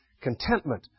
Contentment